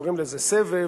קוראים לזה סבב,